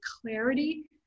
clarity